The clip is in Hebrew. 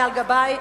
אייל גבאי,